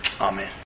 Amen